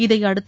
இதையடுத்து